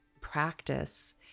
practice